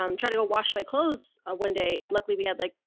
i'm trying to go wash my clothes ah one day. luckily we had like.